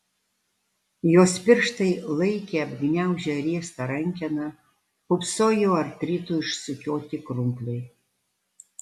jos pirštai laikė apgniaužę riestą rankeną pūpsojo artrito išsukioti krumpliai